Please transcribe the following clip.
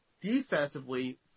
Defensively